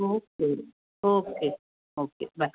okay okay okay bye